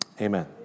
Amen